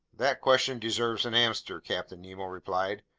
that question deserves an answer, captain nemo replied.